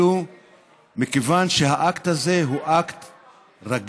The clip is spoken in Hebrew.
אפילו אחוז אימה, מכיוון שהאקט הזה הוא אקט רגיש,